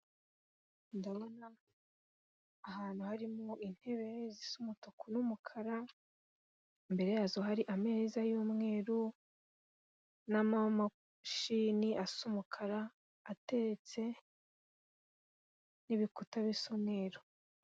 Ndabona ahantu harimo intebe zisa umutuku n'umukara, imbere yazo hari ameza y'umweru n'amamashini asa umukara atetse n'ibikuta bisa umweru.